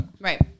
Right